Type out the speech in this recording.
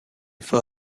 for